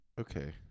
Okay